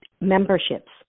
memberships